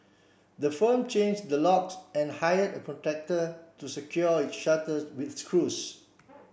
the firm changed the locks and hired a contractor to secure its shutter with screws